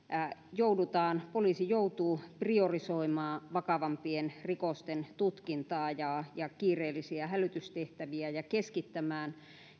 poliisi joutuu priorisoimaan vakavampien rikosten tutkintaa ja ja kiireellisiä hälytystehtäviä ja keskittämään